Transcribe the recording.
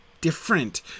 different